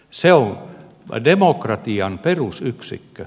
se on demokratian perusyksikkö